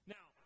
Now